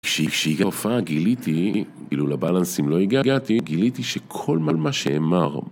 כשהגיע ההופעה גיליתי, אילו לבאלנסים לא הגעתי, גיליתי שכל מה.. מה שאמר